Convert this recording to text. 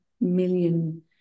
million